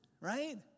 Right